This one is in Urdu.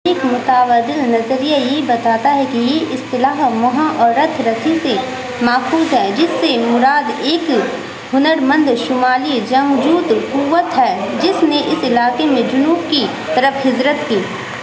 ایک متبادل نظریہ یہ بتاتا ہے کی اصطلاح مہا اور رتھ رتھی سے ماخوذ ہے جس سے مراد ایک ہنرمند شمالی جنگجو قوت ہے جس نے اس علاقے میں جنوب کی طرف ہجرت کی